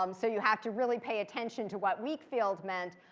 um so you have to really pay attention to what weak field meant.